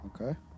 Okay